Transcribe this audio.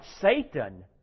Satan